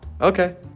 Okay